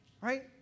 Right